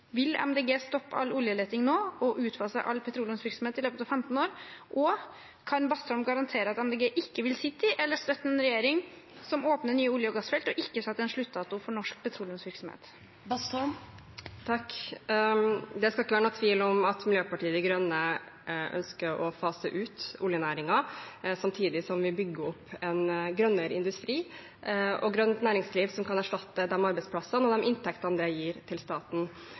Vil Miljøpartiet De Grønne stoppe all oljeleting nå og utfase all petroleumsvirksomhet i løpet av 15 år? Kan Bastholm garantere at Miljøpartiet De Grønne ikke vil sitte i eller støtte en regjering som åpner nye olje- og gassfelt, og som ikke setter en sluttdato for norsk petroleumsvirksomhet? Det skal ikke være noen tvil om at Miljøpartiet De Grønne ønsker å fase ut oljenæringen samtidig som vi bygger opp en grønnere industri og et grønt næringsliv som kan erstatte de arbeidsplassene og de inntektene den gir til staten.